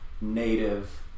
native